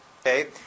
okay